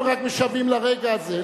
הם רק משוועים לרגע הזה.